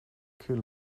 kul